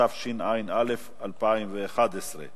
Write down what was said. התשע"א 2011,